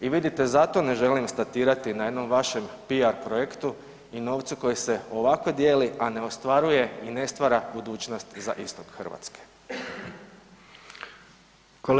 I vidite zašto ne želim statirati na jednom vašem PR projektu i novcu koji se ovako dijeli, a ne ostvaruje i ne stvara budućnost za istok Hrvatske.